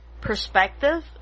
perspective